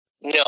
No